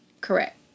Correct